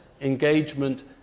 engagement